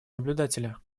наблюдателя